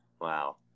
Wow